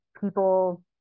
people